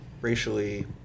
racially